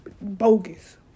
bogus